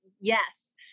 Yes